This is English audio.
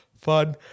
fun